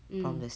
mm